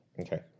Okay